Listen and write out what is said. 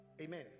Amen